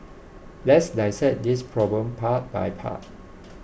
let's dissect this problem part by part